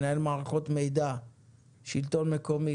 מנהל מערכות מידע בשלטון מקומי,